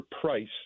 price